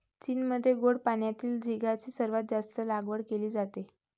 चीनमध्ये गोड पाण्यातील झिगाची सर्वात जास्त लागवड केली जाते